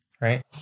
right